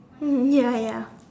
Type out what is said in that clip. ya ya